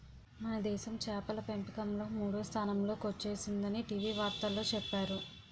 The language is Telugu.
మనదేశం చేపల పెంపకంలో మూడో స్థానంలో కొచ్చేసిందని టీ.వి వార్తల్లో చెప్పేరు